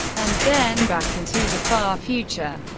and then back into the far future.